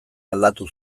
aldatu